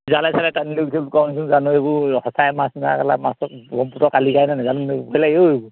জালে চালে টানি লৈ গুচি গ'ল বুলি কোৱা শুনিছোঁ এইবোৰ সচাই মাছ নে কেলা মাছ ব্ৰক্ষ্মপুত্ৰৰ কালিকাই নে নাজানো নহয় এইবোৰ ভয় লাগে ঐ এইবোৰ